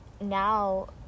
now